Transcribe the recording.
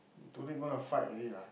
today want to fight already lah